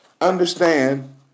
Understand